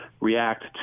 react